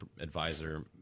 advisor